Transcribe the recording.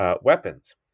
weapons